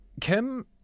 Kim